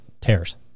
tears